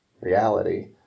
reality